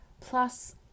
Plus